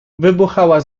wybuchała